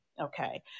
Okay